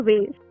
ways